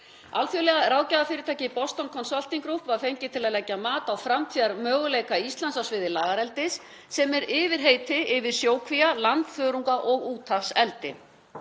Alþjóðlega ráðgjafarfyrirtækið Boston Consulting Group var fengið til að leggja mat á framtíðarmöguleika Íslands á sviði lagareldis, sem er yfirheiti yfir sjókvía-, land-, þörunga- og úthafseldi.